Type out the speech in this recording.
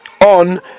on